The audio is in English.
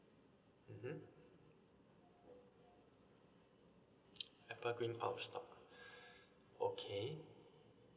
mmhmm apple green out of stock okay